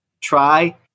try